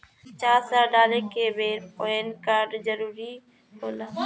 पचास हजार डाले के बेर पैन कार्ड के जरूरत होला का?